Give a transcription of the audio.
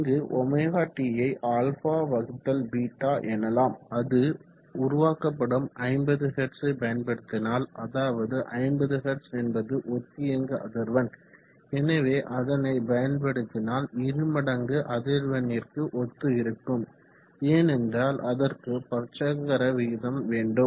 இங்கு ωt யை αβ எனலாம் அது உருவாக்கப்படும் 50 ஹெர்ட்ஸை பயன்படுத்தினால் அதாவது 50 ஹெர்ட்ஸ் என்பது ஒத்தியங்கு அதிர்வெண் எனவே அதனை பயன்படுத்தினால் இருமடங்கு அதிர்வெண்ணிற்கு ஒத்து இருக்கும் ஏனென்றால் அதற்கு பற்சக்கர விகிதம் வேண்டும்